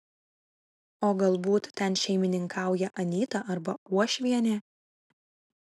o galbūt ten šeimininkauja anyta arba uošvienė